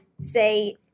say